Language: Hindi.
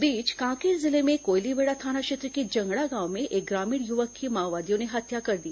इस बीच कांकेर जिले में कोयलीबेड़ा थाना क्षेत्र के जंगड़ा गांव में एक ग्रामीण युवक की माओवादियों ने हत्या कर दी